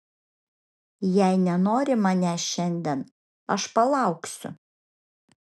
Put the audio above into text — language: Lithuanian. jei nenori manęs šiandien aš palauksiu